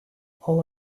all